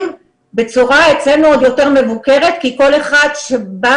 ואצלנו זה בצורה יותר מבוקרת כי כל אחד שבא,